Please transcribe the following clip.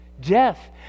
Death